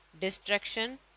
Destruction